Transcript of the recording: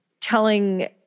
telling